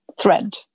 thread